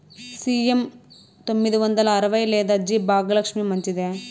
CM తొమ్మిది వందల అరవై లేదా జి భాగ్యలక్ష్మి మంచిదా?